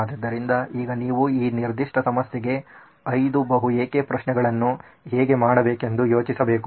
ಆದ್ದರಿಂದ ಈಗ ನೀವು ಈ ನಿರ್ದಿಷ್ಟ ಸಮಸ್ಯೆಗೆ 5 ಬಹು ಏಕೆ ಪ್ರಶ್ನೆಗಳನ್ನು ಹೇಗೆ ಮಾಡಬೇಕೆಂದು ಯೋಚಿಸಬೇಕು